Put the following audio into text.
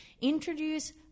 introduce